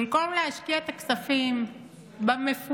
במקום להשקיע את הכספים במפונים,